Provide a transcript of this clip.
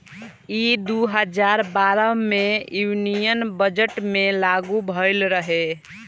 ई दू हजार बारह मे यूनियन बजट मे लागू भईल रहे